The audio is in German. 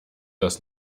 das